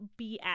BS